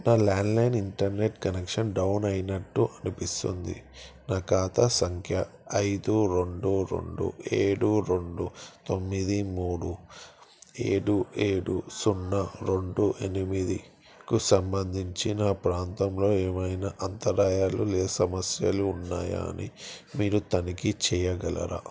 నా landline internet connection down అయినట్టు అనిపిస్తుంది నా ఖాతా సంఖ్య ఐదు రెండు రెండు ఏడు రెండు తొమ్మిది మూడు ఏడు ఏడు సున్నా రెండు ఎనిమిదికు సంబంధించి నా ప్రాంతంలో ఏమైనా అంతరాయాలు లేదా సమస్యలు ఉన్నాయా అని మీరు తనిఖీ చెయ్యగలరా